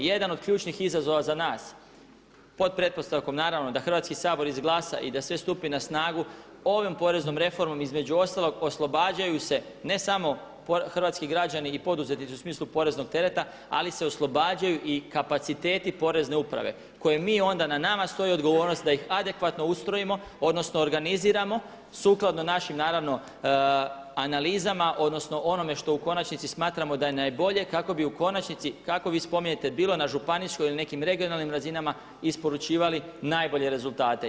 Jedan od ključnih izazova za nas pod pretpostavkom naravno da Hrvatski sabor izglasa i da sve stupi na snagu ovom poreznom reformom između ostalog oslobađaju se ne samo hrvatski građani i poduzetnici u smislu poreznog terete, ali se oslobađaju i kapacitet porezne uprave koje mi onda, na nama stoji odgovornost da ih adekvatno ustrojimo odnosno organiziramo sukladno našim naravno analizama odnosno onome što u konačnici smatramo da je najbolje kako bi u konačnici kako vi spominjete bilo na županijskoj ili nekim regionalnim razinama isporučivali najbolje rezultate.